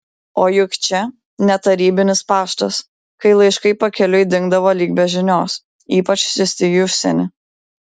o juk čia ne tarybinis paštas kai laiškai pakeliui dingdavo lyg be žinios ypač siųsti į užsienį